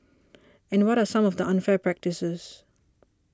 and what are some of the unfair practices